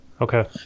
okay